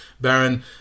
Baron